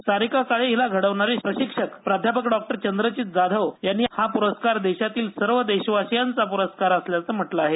सारिका काळे हिला घडवणारे प्रशिक्षक प्राध्यापक डॉक्टर चंद्रजित जाधव यांनी हा प्रस्कार देशातील सर्व देशवासीयांचा प्रस्कार असल्याचं म्हटले आहे